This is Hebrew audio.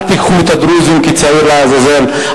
אל תיקחו את הדרוזים כשעיר לעזאזל.